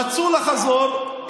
רצו לחזור,